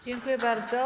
Dziękuję bardzo.